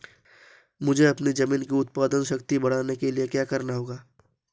मुझे अपनी ज़मीन की उत्पादन शक्ति बढ़ाने के लिए क्या करना होगा?